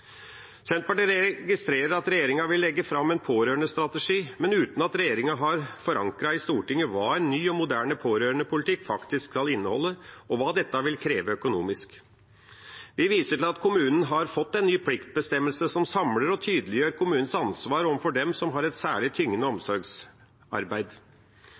Senterpartiet registrerer at regjeringa vil legge fram en pårørendestrategi, men uten at regjeringa har forankret i Stortinget hva en ny og moderne pårørendepolitikk faktisk skal inneholde, og hva dette vil kreve økonomisk. Vi viser til at kommunen har fått en ny pliktbestemmelse som samler og tydeliggjør kommunens ansvar overfor dem som har et særlig tyngende